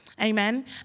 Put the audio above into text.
Amen